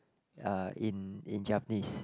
uh in in Japanese